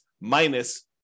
minus